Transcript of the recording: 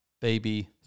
Baby